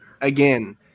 again